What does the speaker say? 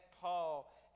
Paul